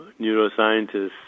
neuroscientists